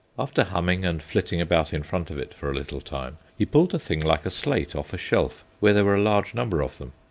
after humming and flitting about in front of it for a little time, he pulled a thing like a slate off a shelf where there were a large number of them.